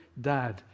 dad